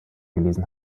gelesen